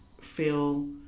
feel